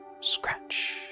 scratch